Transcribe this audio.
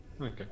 Okay